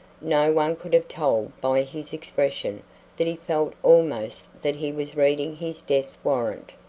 no one could have told by his expression that he felt almost that he was reading his death warrant.